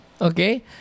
okay